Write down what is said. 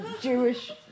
Jewish